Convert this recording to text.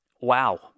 Wow